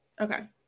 Okay